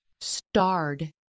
starred